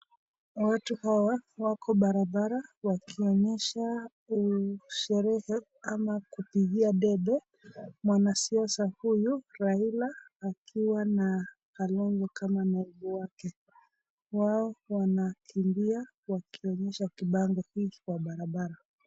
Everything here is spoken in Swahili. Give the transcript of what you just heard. Watu hawa wako barabara wakionyesha ni sherehe au kumpigia debe mwana siasa huyu Raila akiwa na Kalonzo kama naibu wake . Wao wanakimbia wakionyesha kibabe hii kwa barabara.